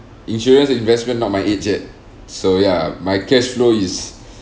insurance investment not my age yet so ya my cash flow is